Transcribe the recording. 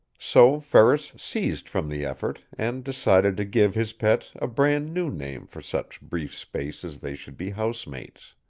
so ferris ceased from the effort, and decided to give his pet a brand-new name for such brief space as they should be housemates.